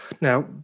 Now